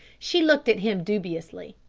she looked at him dubiously.